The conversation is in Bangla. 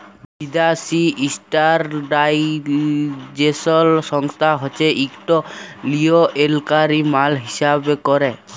বিদ্যাসি ইস্ট্যাল্ডার্ডাইজেশল সংস্থা হছে ইকট লিয়লত্রলকারি মাল হিঁসাব ক্যরে